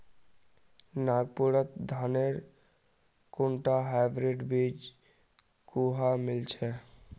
नागपुरत धानेर कुनटा हाइब्रिड बीज कुहा मिल छ